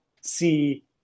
see